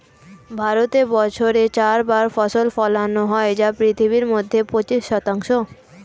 ভারতে বছরে চার বার ফসল ফলানো হয় যা পৃথিবীর মধ্যে পঁচিশ শতাংশ